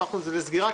הפכנו את זה לסגירה.